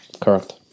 Correct